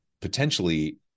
potentially